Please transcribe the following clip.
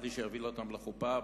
בלי שיוביל אותם לחופה,